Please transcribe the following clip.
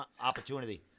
opportunity